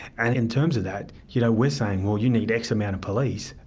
and in terms of that, you know, we're saying, well, you need x amount of police,